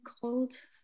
cold